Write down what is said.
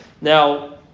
Now